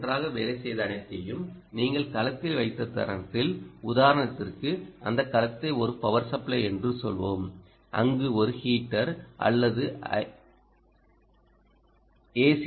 அது நன்றாக வேலை செய்த அனைத்தையும் நீங்கள் களத்தில் வைத்த தருணத்தில் உதாரணத்திற்கு அந்த களத்தை ஒரு பவர் சப்ளை என்று சொல்லலாம் அங்கு ஒரு ஹீட்டர் அல்லது ஐ